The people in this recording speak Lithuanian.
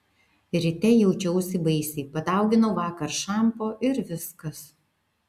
ryte jaučiausi baisiai padauginau vakar šampo ir viskas